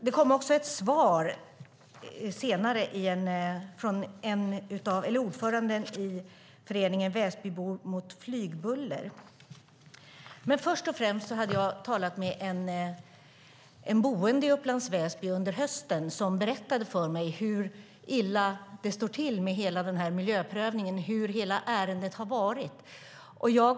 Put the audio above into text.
Det kom sedan ett svar från ordföranden i Föreningen Väsbybor mot flygbuller. Först och främst har jag under hösten talat med en boende i Upplands Väsby, som berättade för mig hur illa det stod till med hela miljöprövningen och hur hela ärendet har varit.